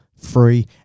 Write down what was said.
free